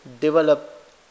develop